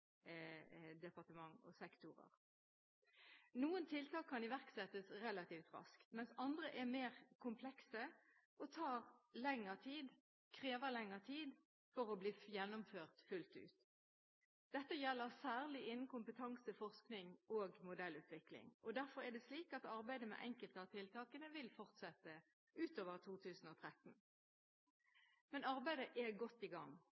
Noen tiltak kan iverksettes relativt raskt, mens andre er mer komplekse og krever lengre tid for å bli gjennomført fullt ut. Dette gjelder særlig innen kompetanse, forskning og modellutvikling. Derfor er det slik at arbeidet med enkelte av tiltakene vil fortsette utover 2013. Arbeidet er godt i gang.